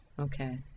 Okay